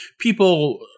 people